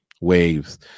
waves